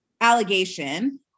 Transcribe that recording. allegation